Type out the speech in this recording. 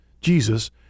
Jesus